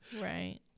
Right